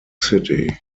city